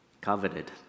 coveted